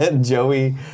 Joey